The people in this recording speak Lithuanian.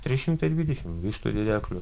trys šimtai dvidešim vištų dedeklių